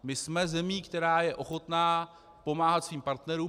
My jsme zemí, která je ochotná pomáhat svým partnerům.